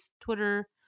Twitter